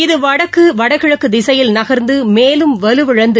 இது வடக்கு வடகிழக்கு திசையில் நகா்ந்து மேலும் வலுவிழந்து